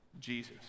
Jesus